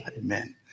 Amen